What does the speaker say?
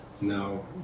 No